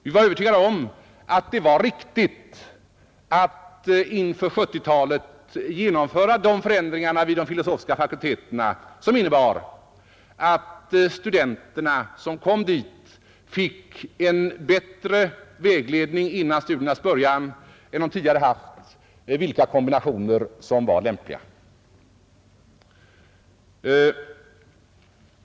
Vi var övertygade om att det var riktigt att inför 1970-talet genomföra de förändringar vid de filosofiska fakulteterna som innebar att studenterna fick en bättre vägledning före studiernas början än man tidigare haft om vilka kombinationer som var lämpliga.